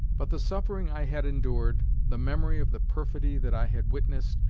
but the suffering i had endured, the memory of the perfidy that i had witnessed,